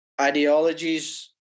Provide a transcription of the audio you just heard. ideologies